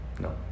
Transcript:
No